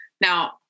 now